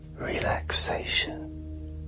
relaxation